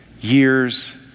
years